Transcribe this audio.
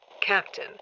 Captain